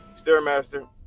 stairmaster